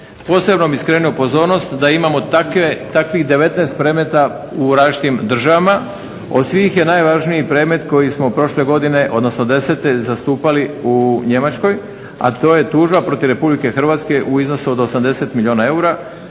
Posebno bih skrenuo pozornost da imamo takvih 19 predmeta u različitim državama. Od svih je najvažniji predmet koji smo prošle godine odnosno '10. zastupali u Njemačkoj, a to je tužba protiv Republike Hrvatske u iznosu od 80 milijuna eura